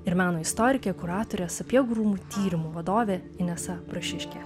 ir meno istorikė kuratorė sapiegų rūmų tyrimų vadovė inesa brašiškė